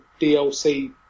DLC